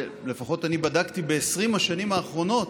לפחות אני בדקתי ב-20 השנים האחרונות,